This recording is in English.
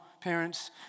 parents